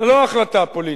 לא החלטה פוליטית,